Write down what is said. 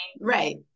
Right